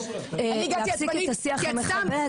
להפסיק את השיח המכבד,